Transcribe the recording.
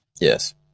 Yes